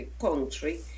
country